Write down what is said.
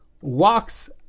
walks